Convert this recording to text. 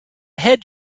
head